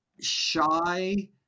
shy